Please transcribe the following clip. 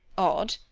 odd!